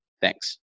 Thanks